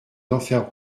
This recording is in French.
denfert